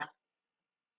ba